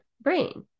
brain